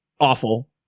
awful